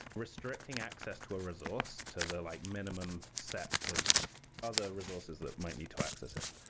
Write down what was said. restricting access to a resource to the like minimum set of other resources that might need to access it.